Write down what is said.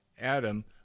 Adam